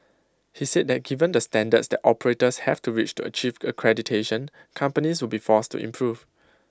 he said that given the standards that operators have to reach to achieve accreditation companies will be forced to improve